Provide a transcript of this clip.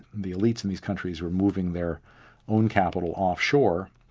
the elites in these countries were moving their own capital offshore,